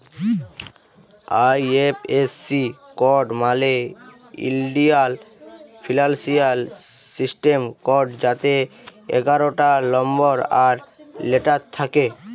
IFSC code মালে ইলডিয়াল financial system code যাতে এগারটা লম্বর আর লেটার থ্যাকে